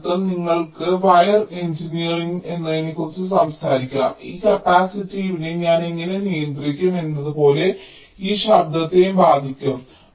അതിനർത്ഥം നിങ്ങൾക്ക് wire engineering എന്നതിനെക്കുറിച്ച് സംസാരിക്കാം ഈ കപ്പാസിറ്റീവിനെ ഞാൻ എങ്ങനെ നിയന്ത്രിക്കും എന്നതുപോലെ ഈ ശബ്ദത്തെയും ബാധിക്കും